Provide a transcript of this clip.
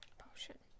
potion